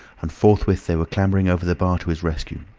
and forthwith they were clambering over the bar to his rescue.